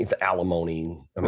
alimony